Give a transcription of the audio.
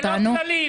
אלה לא כללים.